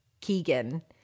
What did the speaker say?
Keegan